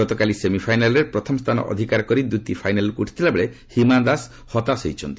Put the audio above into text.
ଗତକାଲି ସେମିଫାଇନାଲ୍ରେ ପ୍ରଥମ ସ୍ଥାନ ଅଧିକାର କରି ଦୁତି ଫାଇନାଲ୍କୁ ଉଠିଥିବା ବେଳେ ହିମା ଦାଶ ହତାଶ ହୋଇଛନ୍ତି